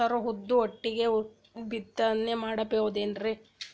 ಹೆಸರು ಉದ್ದು ಒಟ್ಟಿಗೆ ಬಿತ್ತನೆ ಮಾಡಬೋದೇನ್ರಿ?